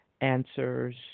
answers